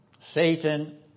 Satan